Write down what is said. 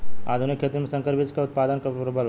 आधुनिक खेती में संकर बीज क उतपादन प्रबल बा